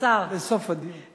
לסוף הדיון.